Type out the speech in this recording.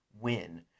win